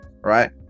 right